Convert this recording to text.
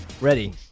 Ready